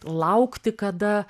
laukti kada